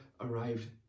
arrived